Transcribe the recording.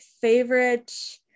favorite